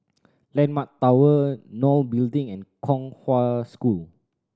Landmark Tower NOL Building and Kong Hwa School